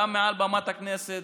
גם מעל במת הכנסת,